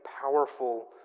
powerful